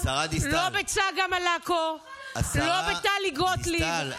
תלכי תבדקי.